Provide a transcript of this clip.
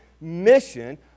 mission